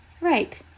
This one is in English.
Right